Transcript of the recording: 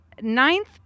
ninth